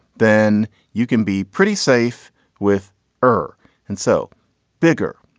then you can be pretty safe with her and so bigger,